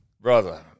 Brother